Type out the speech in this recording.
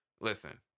Listen